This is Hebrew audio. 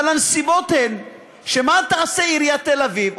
אבל הסיבות הן שמה תעשה עיריית תל-אביב,